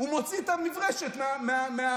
הוא מוציא את המברשת מהוועדה.